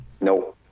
No